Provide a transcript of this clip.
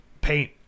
paint